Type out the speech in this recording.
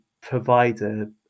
provider